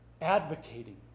Advocating